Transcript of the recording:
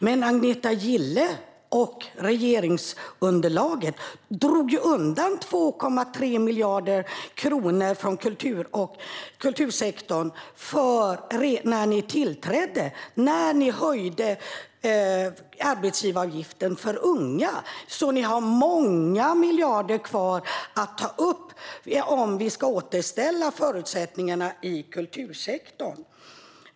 Men Agneta Gille och regeringsunderlaget drog undan 2,3 miljarder kronor från kultursektorn redan när ni tillträdde, när ni höjde arbetsgivaravgiften för unga, så ni har många miljarder kvar att ta upp om vi ska återställa förutsättningarna i kultursektorn.